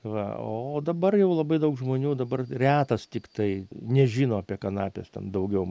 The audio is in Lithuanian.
va o dabar jau labai daug žmonių dabar retas tiktai nežino apie kanapes ten daugiau